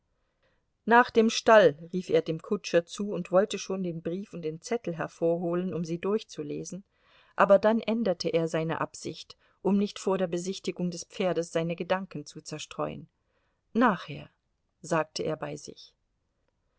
nach dem stall rief er dem kutscher zu und wollte schon den brief und den zettel hervorholen um sie durchzulesen aber dann änderte er seine absicht um nicht vor der besichtigung des pferdes seine gedanken zu zerstreuen nachher sagte er bei sich